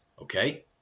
Okay